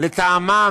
וכאשר חברים